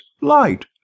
Light